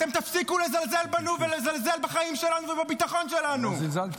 אתם תפסיקו לזלזל בנו ולזלזל בחיים שלנו ובביטחון שלנו.